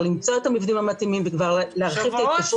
למצוא את המבנים המתאימים וכבר להרחיב את ההתקשרות.